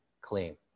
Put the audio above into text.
clean